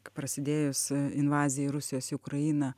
prasidėjus invazijai rusijos į ukrainą